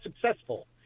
successful